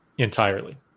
entirely